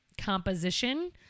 composition